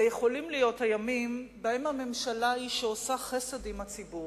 אלא יכולים להיות הימים שבהם הממשלה היא שעושה חסד עם הציבור,